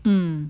mm